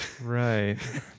right